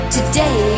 Today